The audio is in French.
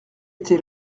été